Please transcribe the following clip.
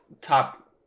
top